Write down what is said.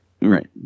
right